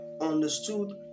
understood